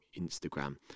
instagram